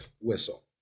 whistle